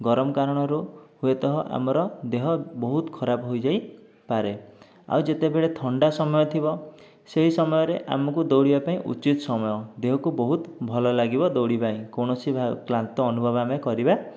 ଗରମ କାରଣରୁ ହୁଏତ ଆମର ଦେହ ବହୁତ ଖରାପ ହୋଇଯାଇପାରେ ଆଉ ଯେତେବେଳେ ଥଣ୍ଡା ସମୟ ଥିବ ସେହି ସମୟରେ ଆମକୁ ଦୌଡ଼ିବା ପାଇଁ ଉଚିତ ସମୟ ଦେହକୁ ବହୁତ ଭଲ ଲାଗିବ ଦୌଡ଼ିବା ପାଇଁ କୌଣସି କ୍ଳାନ୍ତ ଅନୁଭବ ଆମେ କରିବା